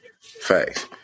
facts